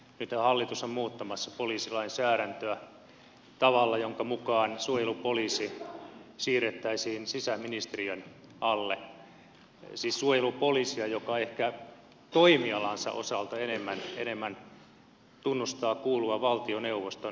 nythän hallitus on muuttamassa poliisilainsäädäntöä tavalla jonka mukaan suojelupoliisi siirrettäisiin sisäministeriön alle siis suojelupoliisi joka ehkä toimialansa osalta enemmän tunnustaa kuuluvansa valtioneuvoston alaisuuteen